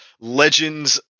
legends